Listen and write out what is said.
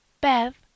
Bev